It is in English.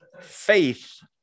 faith